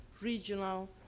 regional